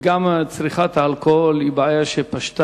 הבעיה של הסמים וצריכת האלכוהול היא בעיה שפשתה